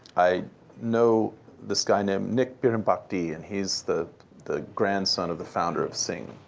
i know this guy named nick bhirom bhakdi. and he's the the grandson of the founder of singha.